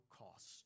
cost